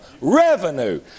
revenue